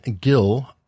Gill